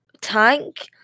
tank